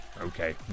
Okay